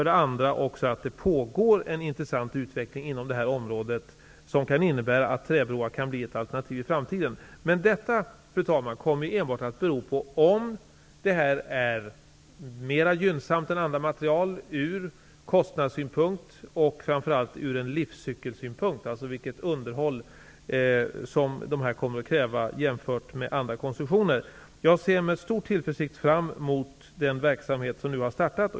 Det pågår också en intressant utveckling inom det här området som kan innebära att träbroar kan bli ett alternativ i framtiden. Men detta, fru talman, kommer enbart att bero på om det här är mera gynnsamt än andra material ur kostnads och livscykelsynpunkt. Frågan är således vilket underhåll dessa broar kommer att kräva jämfört med andra konstruktioner. Jag ser med stor tillförsikt fram emot den verksamhet som nu har startat.